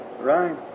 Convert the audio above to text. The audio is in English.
right